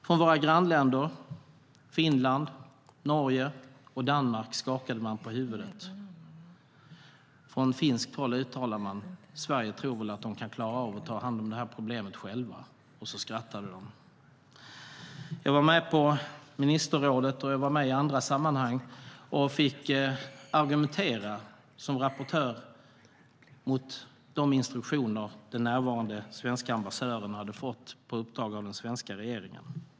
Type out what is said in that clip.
I våra grannländer Finland, Norge och Danmark skakade man på huvudet. Från finskt håll uttalade man "Sverige tror väl att de kan klara av problemet själva", och så skrattade de. Jag var med på ministerrådet och i andra sammanhang och fick som rapportör argumentera mot de instruktioner som den närvarande svenska ambassadören hade fått på uppdrag av den svenska regeringen.